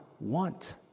want